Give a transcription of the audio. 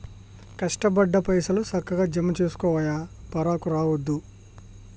కష్టపడ్డ పైసలు, సక్కగ జమజేసుకోవయ్యా, పరాకు రావద్దు